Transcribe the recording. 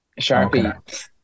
sharpie